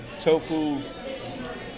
tofu